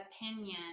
opinion